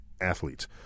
athletes